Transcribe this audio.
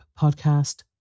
Podcast